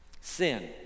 Sin